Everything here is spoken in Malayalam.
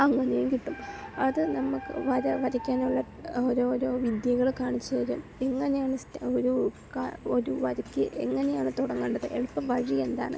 അങ്ങനേയും കിട്ടും അത് നമ്മൾക്ക് വര വരയ്ക്കാനുള്ള ഓരോരോ വിദ്യകൾ കാണിച്ചു തരും എങ്ങനെയാണ് ഒരു ഒരു വരയ്ക്ക് എങ്ങനെയാണ് തുടങ്ങേണ്ടത് എളുപ്പം വഴി എന്താണ്